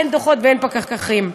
אין דוחות ואין פקחים.